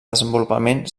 desenvolupament